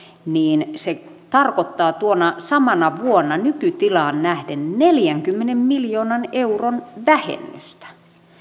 niin se tarkoittaa tuona samana vuonna nykytilaan nähden neljänkymmenen miljoonan euron vähennystä